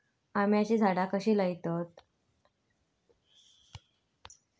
आम्याची झाडा कशी लयतत?